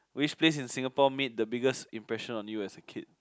which place in Singapore made the biggest impression on you as a kid